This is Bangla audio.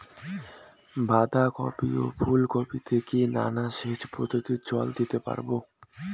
বাধা কপি ও ফুল কপি তে কি নালা সেচ পদ্ধতিতে জল দিতে পারবো?